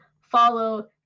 follow